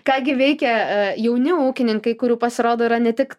ką gi veikia jauni ūkininkai kurių pasirodo yra ne tik